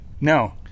No